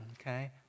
Okay